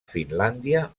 finlàndia